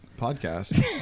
podcast